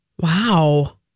Wow